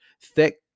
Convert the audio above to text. Thick